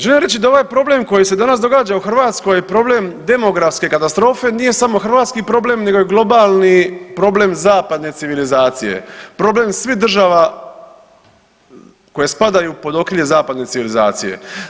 Želim reći da ovaj problem koji se danas događa u Hrvatskoj problem demografske katastrofe nije samo hrvatski problem, nego globalni problem zapadne civilizacije, problem svih država koje spadaju pod okrilje zapadne civilizacije.